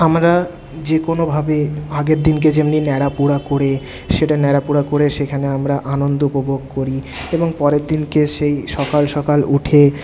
আমরা যে কোনোভাবে আগের দিনকে যেমনি ন্যাড়া পোড়া করে সেটা ন্যাড়া পোড়া করে সেখানে আমরা আনন্দ উপভোগ করি এবং পরের দিনকে সেই সকাল সকাল উঠে